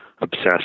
obsessed